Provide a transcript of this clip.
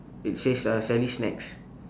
it says ah sally's snacks